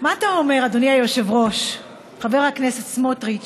מה אתה אומר, אדוני היושב-ראש, חבר הכנסת סמוטריץ,